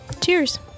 Cheers